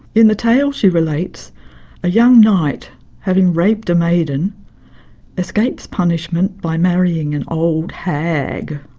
in the tale she relates a young knight having raped a maiden escapes punishment by marrying an old hag.